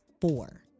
four